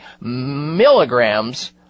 milligrams